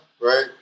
right